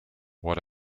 what